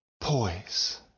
poise